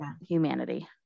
humanity